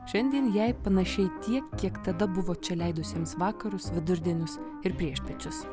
šiandien jai panašiai tiek kiek tada buvo čia leidusiems vakarus vidurdienius ir priešpiečius